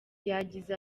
yagize